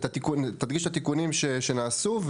תדגיש את התיקונים שנעשו,